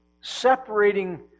separating